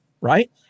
right